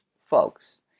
folks